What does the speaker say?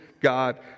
God